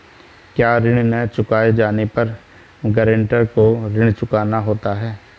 क्या ऋण न चुकाए जाने पर गरेंटर को ऋण चुकाना होता है?